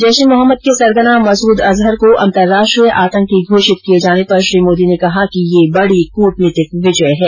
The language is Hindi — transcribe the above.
जैश ए मोहम्मद के सरगना मसूद अजहर को अंतर्राष्ट्रीय आंतकी घोषित किये जाने पर श्री मोदी ने कहा कि ये बडी कूटनीतिक विजय है